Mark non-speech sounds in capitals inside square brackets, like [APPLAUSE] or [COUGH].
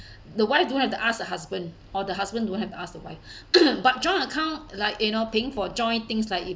the wife don't have to ask the husband or the husband don't have to ask the wife [NOISE] but joint account like you know thing for joined things like